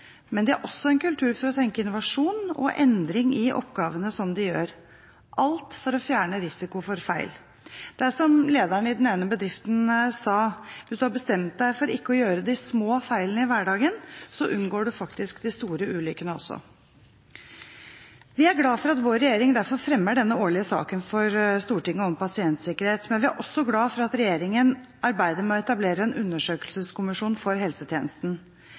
men de har også en kultur for å tenke innovasjon og endring i oppgavene som de gjør – alt for å fjerne risikoen for feil. Det er som lederen i den ene bedriften sa: Hvis du har bestemt deg for ikke å gjøre de små feilene i hverdagen, unngår du faktisk de store ulykkene også. Vi er glad for at vår regjering derfor fremmer denne årlige saken om pasientsikkerhet for Stortinget, men vi er også glad for at regjeringen arbeider med å etablere en undersøkelseskommisjon for helsetjenesten.